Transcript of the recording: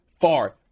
far